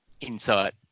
insight